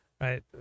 right